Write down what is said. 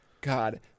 God